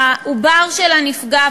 והעובר שלה נפגע,